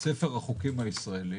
בספר החוקים הישראלי.